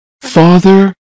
Father